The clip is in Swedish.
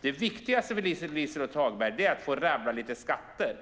Det viktigaste för Liselott Hagberg är att få rabbla lite skatter.